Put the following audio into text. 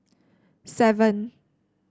seven